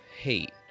hate